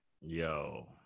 Yo